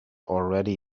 already